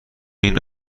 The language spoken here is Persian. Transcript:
این